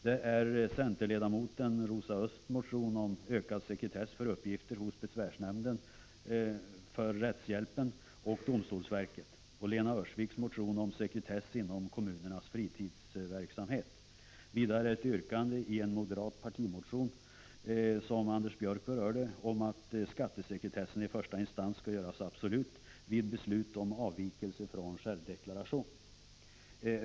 Det gäller centerledamoten Rosa Ösths motion om ökad sekretess för vissa uppgifter hos besvärsnämnden för rättshjälpen och domstolsverket samt Lena Öhrsviks motion om sekretess angående kommunernas fritidsverksamhet. Vidare gäller det ett yrkande i en moderat partimotion — Anders Björck berörde den saken — om att skattesekretessen i första instans skall göras absolut vid beslut om avvikelse från självdeklaration.